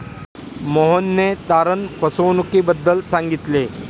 मोहनने तारण फसवणुकीबद्दल सांगितले